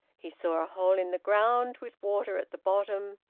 he saw a hole in the ground, with water at the bottom,